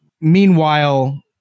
Meanwhile